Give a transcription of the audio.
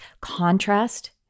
contrast